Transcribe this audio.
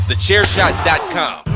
TheChairShot.com